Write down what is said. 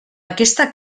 aquesta